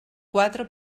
quatre